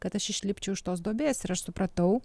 kad aš išlipčiau iš tos duobės ir aš supratau